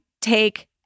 take